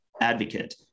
advocate